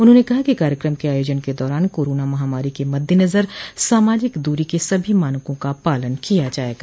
उन्होंने कहा कि कार्यक्रम के आयोजन के दौरान कोरोना महामारी के मद्देनजर सामाजिक दूरी के सभी मानकों का पालन किया जाएगा